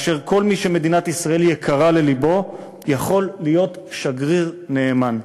וכל מי שמדינת ישראל יקרה ללבו יכול להיות שגריר נאמן.